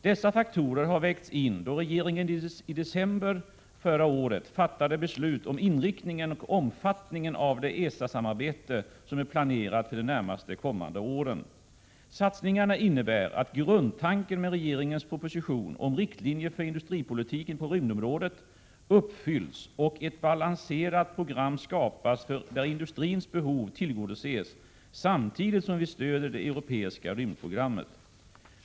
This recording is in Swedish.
Dessa faktorer har vägts in då regeringen i december förra året fattade beslut om inriktningen och omfattningen av det ESA-samarbete som är planerat för de närmast kommande åren. Satsningarna innebär att grundtanken med regeringens proposition 1985/86:127 om riktlinjer för industripolitiken på rymdområdet, m.m. uppfylls och ett balanserat program skapas där industrins behov tillgodoses, samtidigt som vi stöder det europeiska rymdprogrammet.